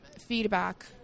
feedback